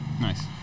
nice